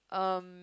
um